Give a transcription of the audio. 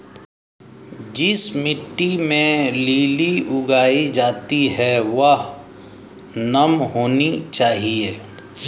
जिस मिट्टी में लिली उगाई जाती है वह नम होनी चाहिए